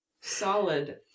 solid